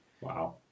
Wow